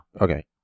Okay